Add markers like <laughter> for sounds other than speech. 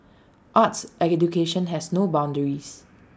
arts <unintelligible> has no boundaries